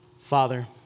Father